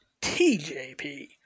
TJP